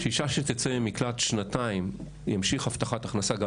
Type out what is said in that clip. אישה שתצא ממקלט שנתיים תמשיך הבטחת ההכנסה,